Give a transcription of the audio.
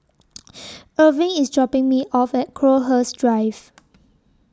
Erving IS dropping Me off At Crowhurst Drive